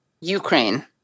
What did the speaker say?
Ukraine